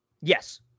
Yes